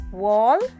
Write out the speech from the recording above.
wall